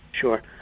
Sure